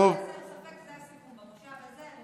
למען הסר ספק, זה הסיכום, במושב הזה.